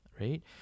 right